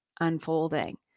unfolding